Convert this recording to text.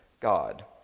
God